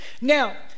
now